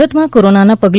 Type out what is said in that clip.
સુરતમાં કોરોનાને પગલે